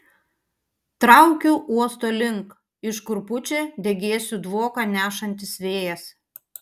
traukiu uosto link iš kur pučia degėsių dvoką nešantis vėjas